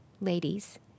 ladies